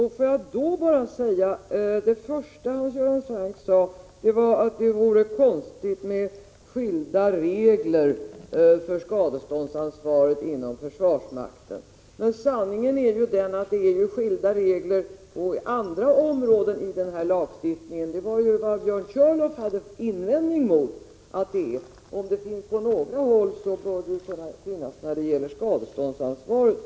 Hans Göran Franck sade att det vore konstigt med skilda regler för skadeståndsansvaret inom försvarsmakten. Men sanningen är den att det är skilda regler på andra områden i denna lagstiftning — vilket Björn Körlof hade en invändning mot. Om det är skilda regler på några håll bör det också vara möjligt när det gäller skadeståndsansvaret.